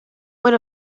what